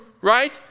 right